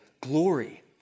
glory